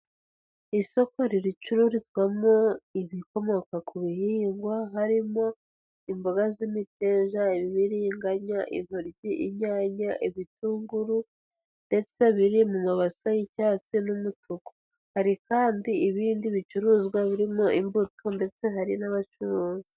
Isoko riricururizwamo ibikomoka ku bihingwa harimo imboga z'imiteja, ibibiriganya, intoryi, inyanya, ibitunguru ndetse biri mu mabase y'icyatsi n'umutuku. Hari kandi ibindi bicuruzwa birimo imbuto, ndetse hari n'abacuruzi.